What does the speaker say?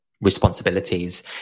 responsibilities